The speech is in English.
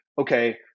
okay